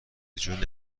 جون